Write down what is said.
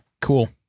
cool